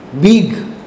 big